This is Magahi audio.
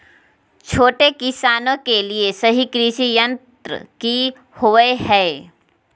छोटे किसानों के लिए सही कृषि यंत्र कि होवय हैय?